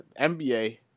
NBA